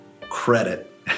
credit